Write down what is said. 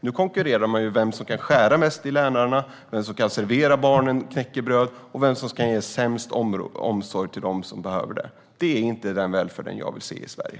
Nu konkurrerar man om vem som kan skära mest i lönerna, vem som kan servera barnen knäckebröd och vem som kan ge sämst omsorg till dem som behöver det. Det är inte den välfärd jag vill se i Sverige.